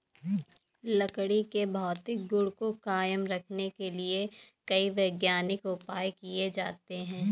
लकड़ी के भौतिक गुण को कायम रखने के लिए कई वैज्ञानिक उपाय किये जाते हैं